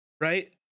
Right